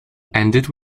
ended